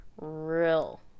real